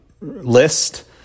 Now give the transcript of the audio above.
list